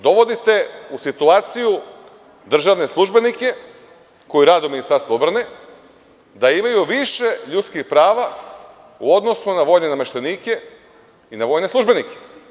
Dovodite u situaciju državne službenike koji rade u Ministarstvu odbrane da imaju više ljudskih prava u odnosu na vojne nameštenike i na vojne službenike.